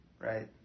right